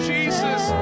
Jesus